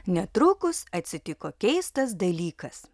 netrukus atsitiko keistas dalykas